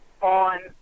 on